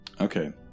Okay